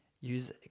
use